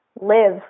live